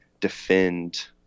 defend